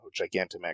Gigantamax